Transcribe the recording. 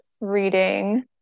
reading